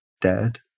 dead